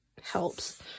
helps